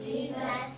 Jesus